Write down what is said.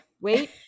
Wait